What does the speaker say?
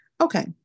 Okay